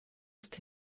ist